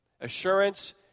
Assurance